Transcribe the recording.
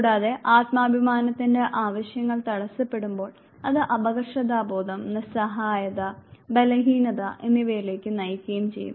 കൂടാതെ ആത്മാഭിമാനത്തിന്റെ ആവശ്യങ്ങൾ തടസപ്പെടുമ്പോൾ അത് അപകർഷതാബോധം നിസ്സഹായത ബലഹീനത എന്നിവയിലേക്ക് നയിക്കുകയും ചെയ്യും